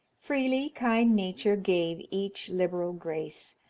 freely kind nature gave each liberal grace,